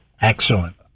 Excellent